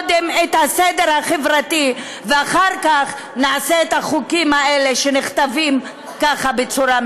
ליושב-ראש ועדת הכספים חבר הכנסת משה גפני.